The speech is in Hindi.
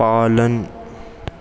पालन